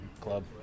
club